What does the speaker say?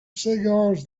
cigars